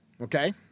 Okay